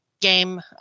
game